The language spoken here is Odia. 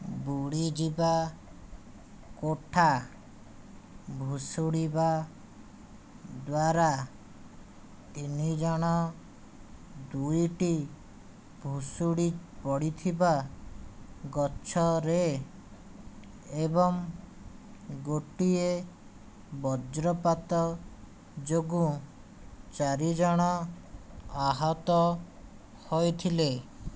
ବୁଡ଼ି ଯିବା କୋଠା ଭୁଷୁଡ଼ିବା ଦ୍ୱାରା ତିନି ଜଣ ଦୁଇଟି ଭୁଷୁଡ଼ି ପଡ଼ିଥିବା ଗଛରେ ଏବଂ ଗୋଟିଏ ବଜ୍ରପାତ ଯୋଗୁଁ ଚାରି ଜଣ ଆହତ ହୋଇଥିଲେ